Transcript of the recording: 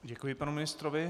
Děkuji panu ministrovi.